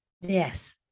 yes